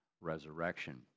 resurrection